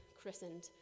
christened